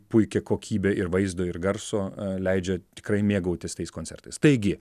puiki kokybė ir vaizdo ir garso leidžia tikrai mėgautis tais koncertais taigi